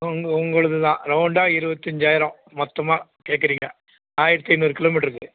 உங்கள் உங்களதுதான் ரௌண்டாக இருபத்தஞ்சாயிரம் மொத்தமாக கேட்கறீங்க ஆயிரத்து ஐந்நூறு கிலோமீட்ருக்கு